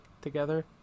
together